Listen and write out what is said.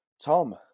Tom